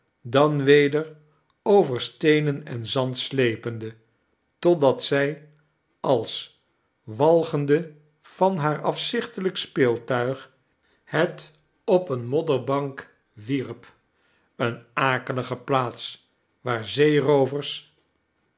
dan weder over steenen en zand slepende totdat zij als walgende van haarafzichtelijk speeltuig het op eene modderbank wierp eene akelige plaats waar zeeroovers